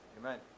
Amen